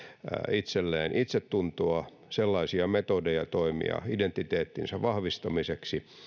itselleen itsetuntoa sellaisia metodeja toimia identiteettinsä vahvistamiseksi